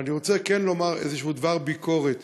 אבל אני רוצה כן לומר איזשהו דבר ביקורת.